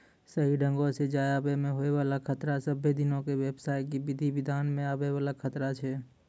सही ढंगो से जाय आवै मे होय बाला खतरा सभ्भे दिनो के व्यवसाय के विधि विधान मे आवै वाला खतरा छै